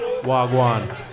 Wagwan